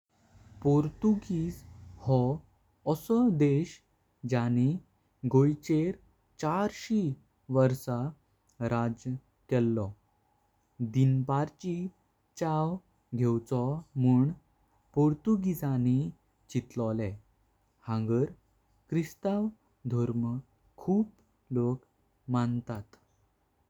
पुर्तुगीज हो आसो देश जानी गयोंचर चार्शी वर्षा राज्य खेलो। दिनपार्ची चाव घेवचो मुन पुर्तुगीजनी चितलोलेम्न हांगर ख्रिस्ताव धर्म खूप लोग मंतात।